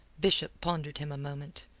bishop pondered him a moment.